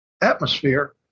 atmosphere